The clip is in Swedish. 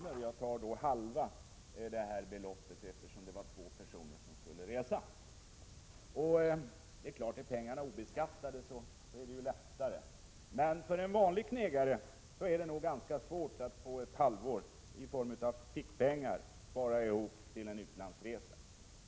Jag tar då halva det belopp som nämns, eftersom det var två personer som skulle resa. Det är naturligtvis lättare att spara om pengarna är obeskattade, men för en vanlig knegare är det nog ganska svårt att under ett halvår av fickpengar spara ihop till en utlandsresa.